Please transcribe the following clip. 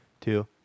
two